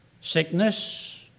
sickness